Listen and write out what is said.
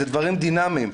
אלה דברים דינמיים.